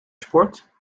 sport